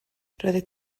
roeddet